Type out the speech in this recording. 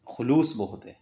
خلوص بہت ہے